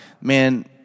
man